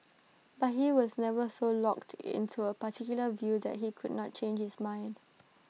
but he was never so locked in to A particular view that he could not change his mind